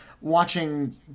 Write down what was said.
watching